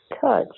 touch